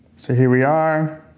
so here we are,